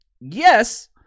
Yes